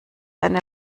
eine